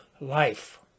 life